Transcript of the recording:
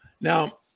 Now